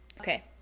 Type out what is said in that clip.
okay